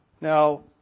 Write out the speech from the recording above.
now